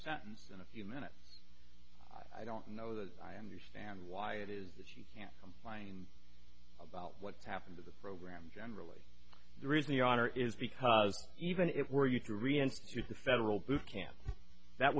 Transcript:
sentence in a few minutes i don't know that i understand why it is that she can't complain about what happened to the program generally the reason your honor is because even if were you to reinstitute the federal boot camp that